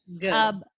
Good